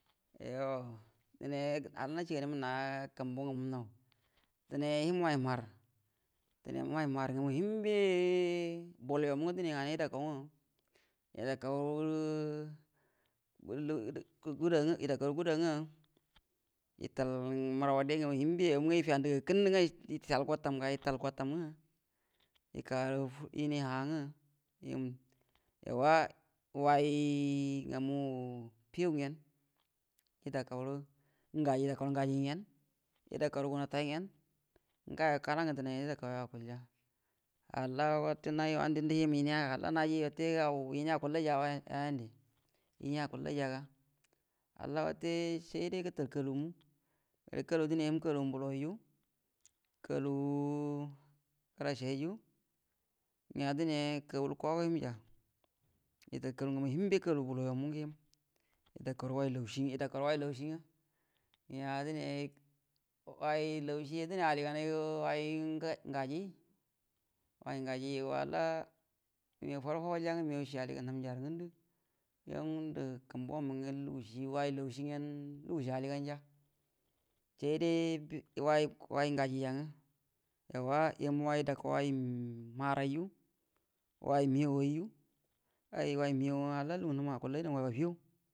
Yuo denay halla nacəganie mənna kumbuə ngə mnəmnaw, dənay həm way mahar, dənay həm way mahar ngamu həmbe bol yo mu dənay nganal yəda kau ngwərə guda ngwə yədakau rə guda ngwə yətəal marwade ngamu hiembe yu mungə yə fiyanə rə gəakənnə ngwə, yəcəal gwatam, ga yətal gwatam ngwə yəka gərə yieni ha hgwə, yauwa wai ngamu fəyaw, yədaka gajigyen, yeda kgurə guntay gyen, ngwo kala ngwə yəda kauya ngəndu akulja, halla go wae naji wan die həm yənie ga, hall naji wute aga yənie akuallayya, yənie akullayya ga halla wute saie gətal kaluə, gəre dənay kalu him kalu mbubuwayyu, kaluu garreəyyy, gəa dənay kabulu kugu’a go həmja yətal kalu ngamu hiembe kalu mbulu mu, yəda kaurə way laushi ngwə, ngəa dənay way laushi dənay aliganal gə way gaji, way gajiyu go halla məgaw fəbal fabal mangə məgawshi hənja rə gəndə, yuo ngundə kumbuə lugu way laushi gyen aliganja, saide, way ngaji yangə yəmuway yədakau way nahau ayrə, way mhə arrə way mə lugu ngwə nhem akually guəro guwa.